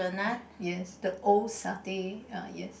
yes the old satay uh yes